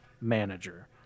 manager